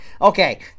Okay